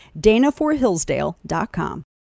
DanaForHillsdale.com